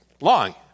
long